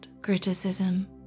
criticism